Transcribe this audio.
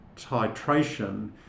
titration